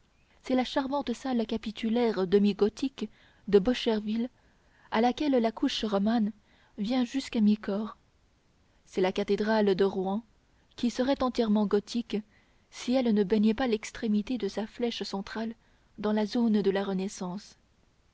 c'est la charmante salle capitulaire demi gothique de bocherville à laquelle la couche romane vient jusqu'à mi-corps c'est la cathédrale de rouen qui serait entièrement gothique si elle ne baignait pas l'extrémité de sa flèche centrale dans la zone de la renaissance